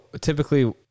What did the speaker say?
typically